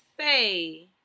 say